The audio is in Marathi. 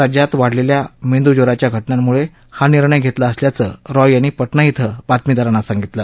राज्यात वाढलेल्या मेंदूज्वराच्या घटनांमुळे हा निर्णय घेतला असल्याचं रॉय यांनी पटना कें बातमीदारांना सांगितलं